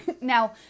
now